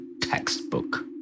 textbook